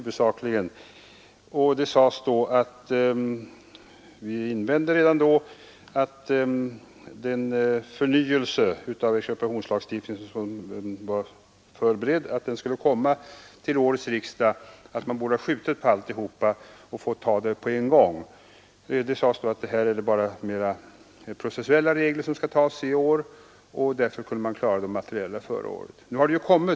Vi invände redan då från vårt håll att en förnyelse av expropriationslagstift ningen var förberedd till årets riksdag, varför man borde ha skjutit på alltsammans och tagit upp hela ärendet på en gång. Mot detta invändes att det bara var processuella regler som skulle fatställas i år och att man därför kunde besluta om det materiella innehållet redan förra året.